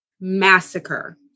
massacre